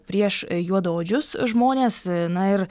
prieš juodaodžius žmones na ir